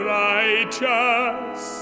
righteous